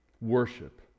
worship